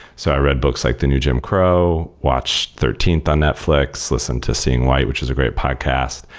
so i read books like the new jim crow. watched thirteenth on netflix listened to seeing white, which is a great podcast.